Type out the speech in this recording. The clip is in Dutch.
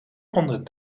honden